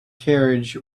carriage